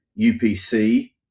UPC